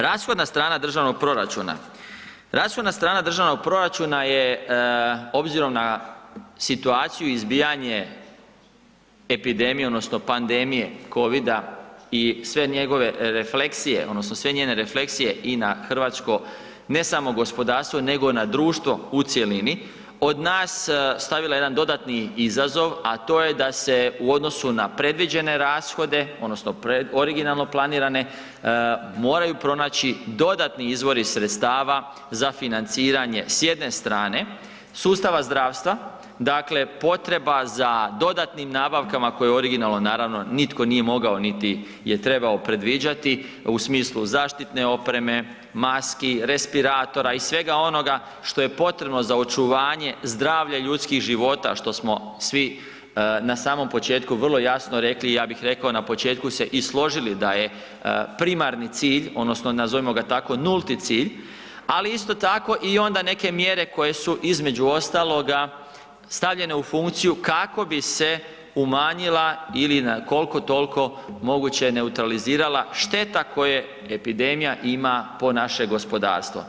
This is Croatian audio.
Rashodna strana državnog proračuna, rashodna strana državnog proračuna je obzirom na situaciju, izbijanje epidemije odnosno pandemije Covida i sve njegove refleksije odnosno sve njene refleksije i na hrvatskog ne samo gospodarstvo nego na društvo u cjelini od nas stavila jedan dodatni izazov, a to je da se u odnosu na predviđene rashode odnosno originalno planirane moraju pronaći dodatni izvori sredstava za financiranje s jedne strane sustava zdravstva, dakle potreba za dodatnim nabavkama koje originalno naravno nitko nije mogao niti je trebao predviđati u smislu zaštitne opreme, maski, respiratora i svega onoga što je potrebno za očuvanje zdravlja ljudskih života što smo svi na samom početku vrlo jasno rekli, ja bih rekao na početku se i složili da je primarni cilj odnosno nazovimo ga tako nulti cilj, ali isto tako i onda neke mjere koje su između ostaloga stavljene u funkciju kako bi se umanjila ili na koliko toliko moguće neutralizirala šteta koje epidemija ima po naše gospodarstvo.